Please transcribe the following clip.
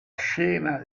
scena